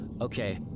Okay